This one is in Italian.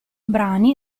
brani